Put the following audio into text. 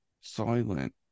Silent